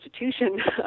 institution